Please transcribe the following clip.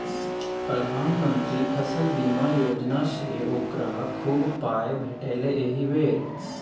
प्रधानमंत्री फसल बीमा योजनासँ ओकरा खूब पाय भेटलै एहि बेर